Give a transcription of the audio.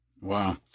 Wow